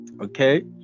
okay